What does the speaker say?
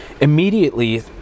immediately